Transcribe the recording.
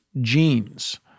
genes